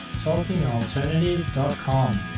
talkingalternative.com